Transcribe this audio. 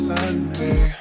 Sunday